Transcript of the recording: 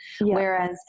Whereas